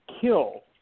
kill